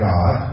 God